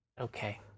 Okay